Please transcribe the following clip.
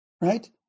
Right